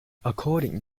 according